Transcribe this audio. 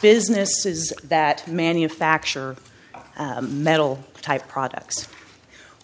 businesses that manufacture metal type products